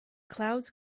clouds